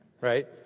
right